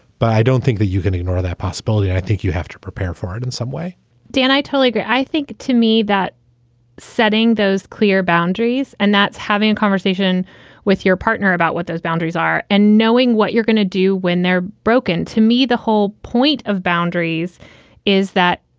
but i don't think that you can ignore that possibility. i think you have to prepare for it in some way dan, i totally agree. i think to me that setting those clear boundaries and that's having a conversation with your partner about what those boundaries are and knowing what you're going to do when they're broken. to me, the whole point of boundaries is that,